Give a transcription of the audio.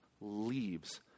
leaves